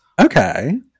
Okay